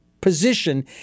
position